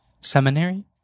Seminary